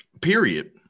Period